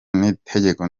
n’itegeko